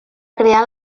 crear